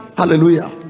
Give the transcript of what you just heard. Hallelujah